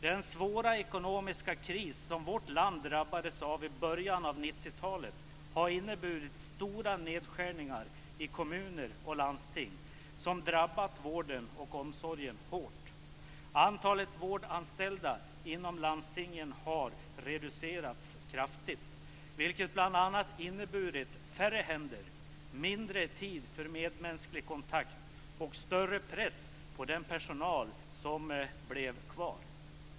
Den svåra ekonomiska kris som vårt land drabbades av i början av 1990-talet har inneburit stora nedskärningar i kommuner och landsting som drabbat vården och omsorgen hårt. Antalet vårdanställda inom landstingen har reducerats kraftigt, vilket bl.a. inneburit färre händer, mindre tid för medmänsklig kontakt och större press på den personal som blev kvar.